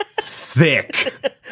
thick